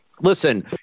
Listen